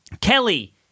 Kelly